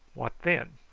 what then?